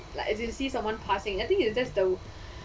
like when I see someone passing I think it's just the